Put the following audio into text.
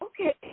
Okay